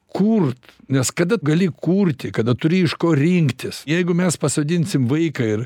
kurt nes kada gali kurti kada turi iš ko rinktis jeigu mes pasodinsim vaiką ir